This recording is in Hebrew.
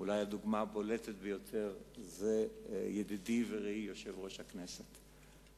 אולי הדוגמה הבולטת ביותר היא ידידי ורעי יושב-ראש הכנסת,